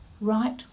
right